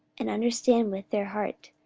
and understand with their heart,